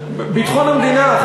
שניהם קשורים לביטחון המדינה.